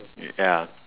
y~ ya